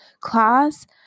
class